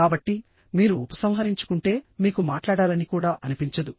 కాబట్టి మీరు ఉపసంహరించుకుంటే మీకు మాట్లాడాలని కూడా అనిపించదు